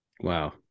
wow